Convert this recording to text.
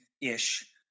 ish